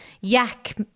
yak